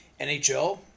NHL